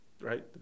right